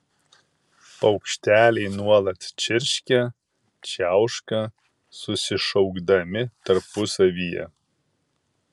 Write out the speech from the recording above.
paukšteliai nuolat čirškia čiauška susišaukdami tarpusavyje